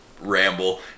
ramble